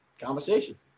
Conversation